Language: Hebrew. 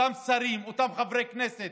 אותם שרים, אותם חברי כנסת,